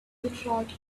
meteorite